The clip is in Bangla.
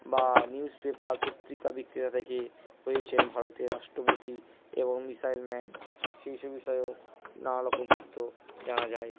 বা নিউস পেপার পত্রিকা বিক্রেতা থেকে হয়েছেন ভারতীয় রাষ্ট্রপতি এবং মিসাইল ম্যান সেই সব বিষয়ে নানা রকম তথ্য জানা যায়